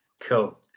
Cool